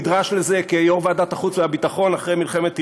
נדרש לזה כיו"ר ועדת החוץ והביטחון אחרי מלחמת עיראק,